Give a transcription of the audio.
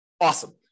Awesome